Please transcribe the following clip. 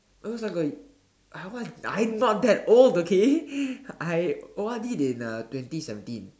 it was like a I I am not that old okay I O_R_Ded in uh twenty seventeen